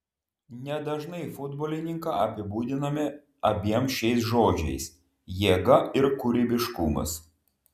nedažnai futbolininką apibūdiname abiem šiais žodžiais jėga ir kūrybiškumas